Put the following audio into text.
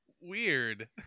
Weird